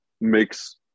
makes